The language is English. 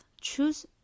choose